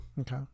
Okay